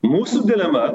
mūsų dilema